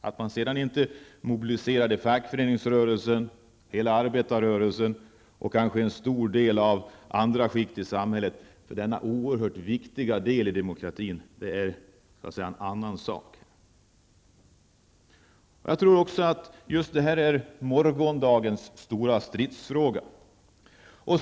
Att man sedan inte mobiliserade fackföreningsrörelsen, hela arbetarrörelsen och en stor del av andra skikt i samhället för denna oerhört viktiga del i demokratin, det är en annan sak. Jag tror att just detta är morgondagens stora stridsfråga.